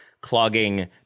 clogging